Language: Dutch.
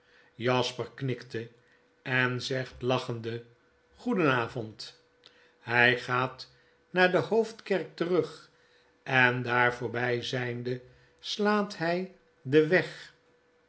jasper knikt en zegt lachende goeden avond hij gaat naar de hoofdkerk terug en daar voorbfl zflnde slaat hfl den weg